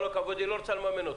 היא לא רוצה לממן אותך.